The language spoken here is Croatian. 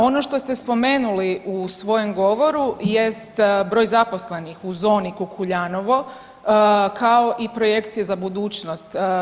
Ono što ste spomenuli u svojem govoru jest broj zaposlenih u zoni Kukuljanovo, kao i projekcije za budućnost.